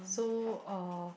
so uh